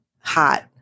hot